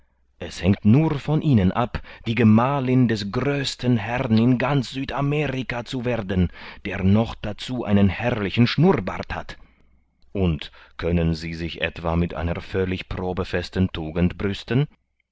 es hängt nur von ihnen ab die gemahlin des größten herrn in ganz südamerika zu werden der noch dazu einen herrlichen schnurrbart hat und können sie sich etwa mit einer völlig probefesten tugend brüsten